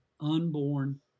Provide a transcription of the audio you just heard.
unborn